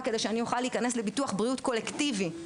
כדי שאוכל להיכנס לביטוח בריאות קולקטיבי.